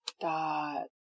Dot